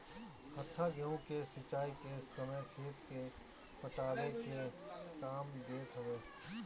हत्था गेंहू के सिंचाई के समय खेत के पटावे के काम देत हवे